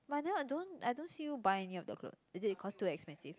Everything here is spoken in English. but then I don't I don't see you buy any of the clothes is it cause too expensive